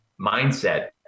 mindset